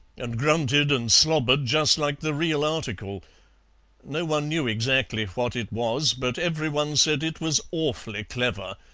and grunted and slobbered just like the real article no one knew exactly what it was, but every one said it was awfully clever,